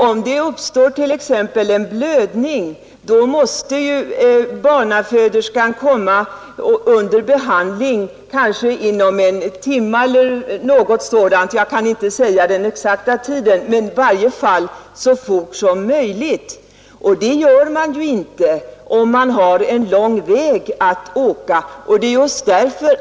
Om det uppstår t.ex. en blödning, måste ju barnaföderskan komma under behandling kanske inom en timme eller något sådant — jag kan inte ange den exakta tiden, men i varje fall så fort som möjligt — och det gör man ju inte om man har lång väg att åka.